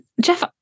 Jeff